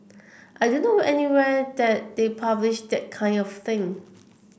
I don't know anywhere that they publish that kind of thing